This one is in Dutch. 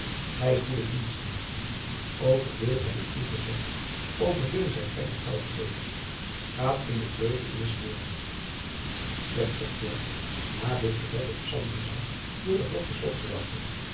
gij goede dienstknechten over veel heb ik u gezet over veel zijt gij getrouw gebleven gaat in de vreugde uwes heeren plechtig klonk na dit gebed het psalmgezang door de